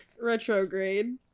Retrograde